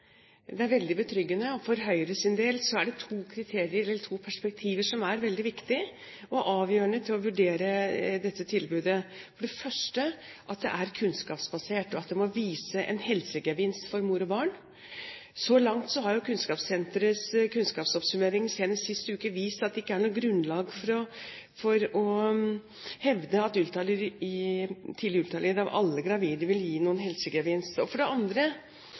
del er det to kriterier, eller to perspektiver, som er veldig viktige og avgjørende for å vurdere dette tilbudet: for det første at det er kunnskapsbasert, og at det må vise en helsegevinst for mor og barn. Så langt har Kunnskapssenterets kunnskapsoppsummering senest sist uke vist at det ikke er noe grunnlag for å hevde at tidlig ultralyd av alle gravide vil gi noen helsegevinst. For det andre